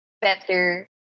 better